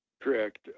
Correct